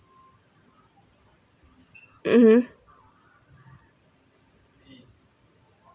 mmhmm